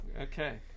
Okay